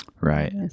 Right